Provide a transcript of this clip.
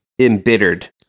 embittered